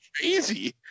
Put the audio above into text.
crazy